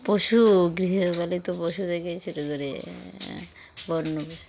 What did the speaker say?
পশু গৃহপালিত পশু থেকে শুরু করে বর্ণ